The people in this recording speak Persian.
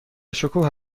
شکوه